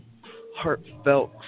heartfelt